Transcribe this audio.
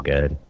Good